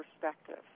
perspective